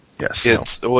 Yes